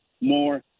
more